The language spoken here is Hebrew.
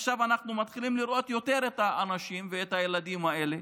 עכשיו אנחנו מתחילים לראות יותר את האנשים ואת הילדים האלה.